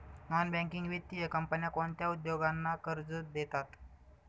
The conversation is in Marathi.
नॉन बँकिंग वित्तीय कंपन्या कोणत्या उद्योगांना कर्ज देतात?